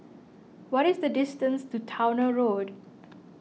what is the distance to Towner Road